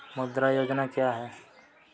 मुद्रा योजना क्या है?